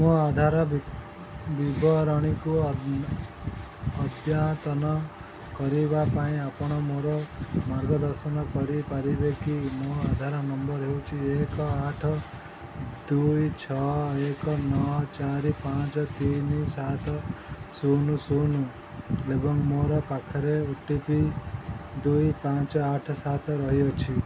ମୋ ଆଧାର ବିବରଣୀକୁ ଅଦ୍ୟତନ କରିବା ପାଇଁ ଆପଣ ମୋର ମାର୍ଗଦର୍ଶନ କରିପାରିବେ କି ମୋର ଆଧାର ନମ୍ବର ହେଉଛି ଏକ ଆଠ ଦୁଇ ଛଅ ଏକ ନଅ ଚାରି ପାଞ୍ଚ ତିନି ସାତ ଶୂନ ଶୂନ ଏବଂ ମୋ ପାଖରେ ଓ ଟି ପି ଦୁଇ ପାଞ୍ଚ ଆଠ ସାତ ରହିଅଛି